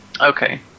Okay